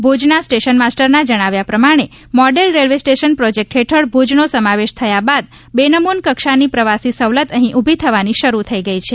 ભૂજના station માસ્ટરના જણાવ્યા પ્રમાણે મોડેલ રેલવે સ્ટેશન પ્રોજેક્ટ હેઠળ ભૂજનો સમાવેશ થાય બાદ બેનમૂન કક્ષાની પ્રવાસી સવલત અહીં ઉભી થવાની શરૂ થઇ ગઇ છે